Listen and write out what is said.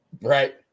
Right